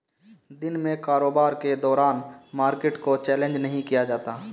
दिन में कारोबार के दौरान मार्केट को चैलेंज नहीं किया जाता